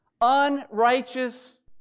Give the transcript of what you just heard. unrighteous